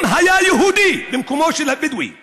אם היה יהודי במקומו של הבדואי הזה,